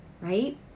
right